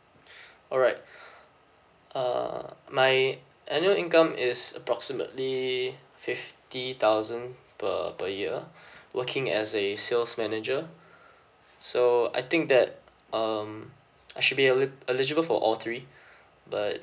alright uh my annual income is approximately fifty thousand per per year working as a sales manager so I think that um I should be eli~ eligible for all three but